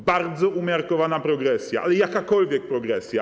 To bardzo umiarkowana progresja, ale jakakolwiek progresja.